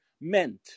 meant